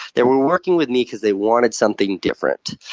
they were working with me because they wanted something different.